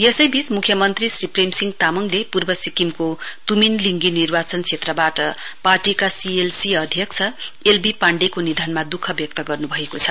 यसैवीच मुख्यमन्त्री श्री प्रेमसिंह तामङले पूर्व सिक्किमको तुमिन लिंगी निर्वाचन क्षेत्रवाट पार्टीका सीएलसी अध्यक्ष एल वी पाण्डेको निधनमा दुख व्यक्त गर्नुभएको छ